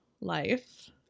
life